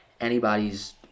anybody's